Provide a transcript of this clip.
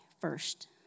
first